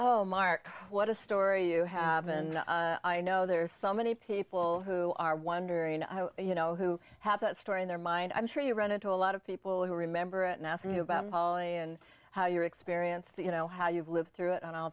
oh mark what a story you have and i know there are some many people who are wondering you know who have that story in their mind i'm sure you run into a lot of people who remember nothing about paul and how your experience you know how you've lived through it and all